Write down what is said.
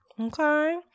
Okay